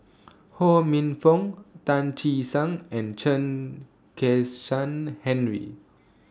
Ho Minfong Tan Che Sang and Chen Kezhan Henri